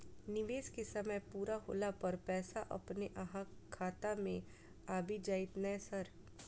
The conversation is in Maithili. निवेश केँ समय पूरा होला पर पैसा अपने अहाँ खाता मे आबि जाइत नै सर?